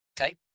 Okay